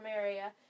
area